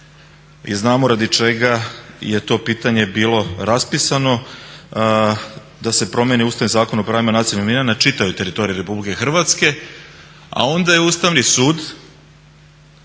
i znamo radi čega je to pitanje bilo raspisano da se promjeni Ustavni zakon o pravima nacionalnih manjina na čitavom teritoriju RH. A onda je Ustavni sud